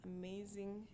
amazing